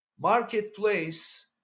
Marketplace